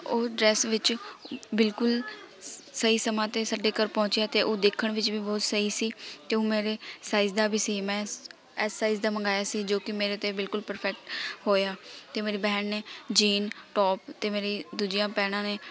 ਉਹ ਡ੍ਰੈਸ ਵਿੱਚ ਬਿਲਕੁਲ ਸਹੀ ਸਮਾਂ 'ਤੇ ਸਾਡੇ ਘਰ ਪਹੁੰਚਿਆ ਅਤੇ ਉਹ ਦੇਖਣ ਵਿੱਚ ਵੀ ਬਹੁਤ ਸਹੀ ਸੀ ਅਤੇ ਉਹ ਮੇਰੇ ਸਾਈਜ਼ ਦਾ ਵੀ ਸੀ ਮੈਂ ਸ ਐੱਸ ਸਾਈਜ਼ ਦਾ ਮੰਗਵਾਇਆ ਸੀ ਜੋ ਕਿ ਮੇਰੇ 'ਤੇ ਬਿਲਕੁਲ ਪਰਫੈਕਟ ਹੋਇਆ ਅਤੇ ਮੇਰੀ ਭੈਣ ਨੇ ਜੀਨ ਟੌਪ ਅਤੇ ਮੇਰੀ ਦੂਜੀਆਂ ਭੈਣਾਂ ਨੇ